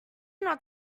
not